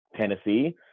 Tennessee